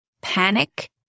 panic